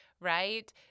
right